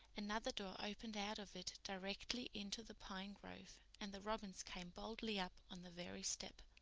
another door opened out of it directly into the pine grove and the robins came boldly up on the very step.